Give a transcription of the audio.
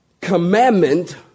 Commandment